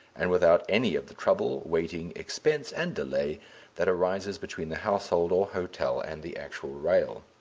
and without any of the trouble, waiting, expense, and delay that arises between the household or hotel and the actual rail.